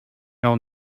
will